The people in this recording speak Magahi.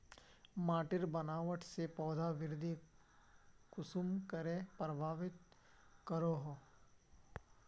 माटिर बनावट से पौधा वृद्धि कुसम करे प्रभावित करो हो?